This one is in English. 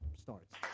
starts